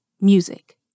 Music